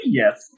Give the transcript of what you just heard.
yes